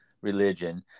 religion